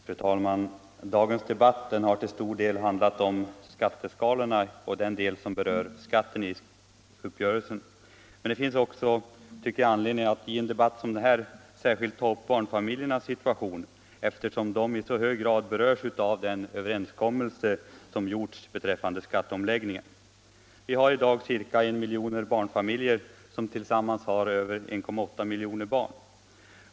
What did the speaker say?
Fru talman! Dagens debatt har till stor del handlat om skatteskalorna och över huvud taget om den del av uppgörelsen mellan socialdemokraterna och mittenpartierna som gäller skatten. Men det finns också, tycker jag, anledning att i en debatt som denna särskilt ta upp barnfamiljernas situation, eftersom de i så hög grad berörs av den överenskommelse som gjorts beträffande skatteomläggningen. Vi har i dag ca 1 miljon barnfamiljer som tillsammans har över 1,8 miljoner barn.